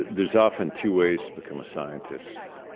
there's often two ways to become a scientist.